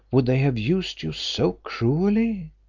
would they have used you so cruelly?